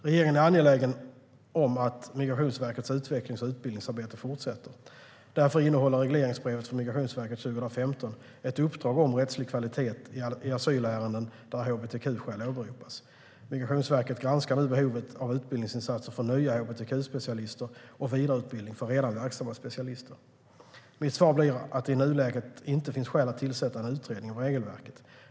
Regeringen är angelägen om att Migrationsverkets utvecklings och utbildningsarbete fortsätter. Därför innehåller regleringsbrevet för Migrationsverket 2015 ett uppdrag om rättslig kvalitet i asylärenden där hbtq-skäl åberopas. Migrationsverket granskar nu behovet av utbildningsinsatser för nya hbtq-specialister och vidareutbildning för redan verksamma specialister. Mitt svar blir att det i nuläget inte finns skäl att tillsätta en utredning av regelverket.